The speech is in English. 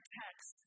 text